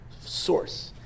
source